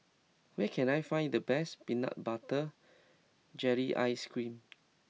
where can I find the best Peanut Butter Jelly Ice Cream